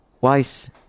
Weiss